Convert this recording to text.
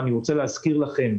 אני רוצה להזכיר לכם,